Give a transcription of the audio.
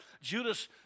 Judas